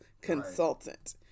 consultant